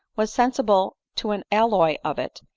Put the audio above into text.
was sensible to an alloy of it,